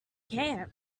camp